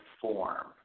form